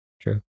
True